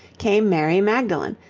came mary magdalene,